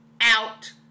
out